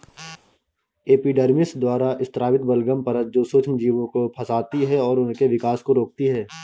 epidermis द्वारा स्रावित बलगम परत जो सूक्ष्मजीवों को फंसाती है और उनके विकास को रोकती है